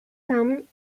some